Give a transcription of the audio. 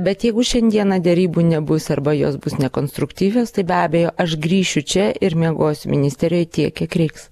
bet jeigu šiandieną derybų nebus arba jos bus nekonstruktyvios tai be abejo aš grįšiu čia ir miegosiu ministerijoj tiek kiek reiks